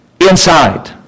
inside